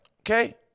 Okay